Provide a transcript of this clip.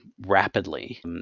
rapidly